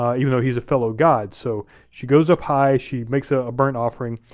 even though he's a fellow god. so she goes up high, she makes ah a burnt offering,